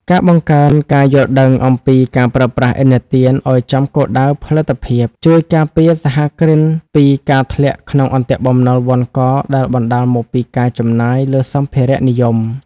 ការបង្កើនការយល់ដឹងអំពីការប្រើប្រាស់ឥណទានឱ្យចំគោលដៅផលិតភាព ជួយការពារសហគ្រិនពីការធ្លាក់ក្នុងអន្ទាក់បំណុលវណ្ឌកដែលបណ្ដាលមកពីការចំណាយលើសម្ភារៈនិយម។